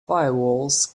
firewalls